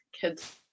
kids